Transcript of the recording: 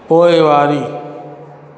पोइवारी